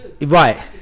Right